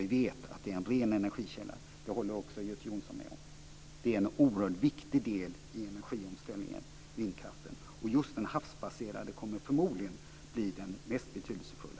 Vi vet att det här är en ren energikälla. Det håller också Göte Jonsson med om. Vindkraften är en oerhört viktig del i energiomställningen, och just den havsbaserade vindkraften kommer förmodligen att bli den mest betydelsefulla.